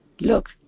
look